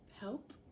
help